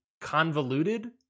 convoluted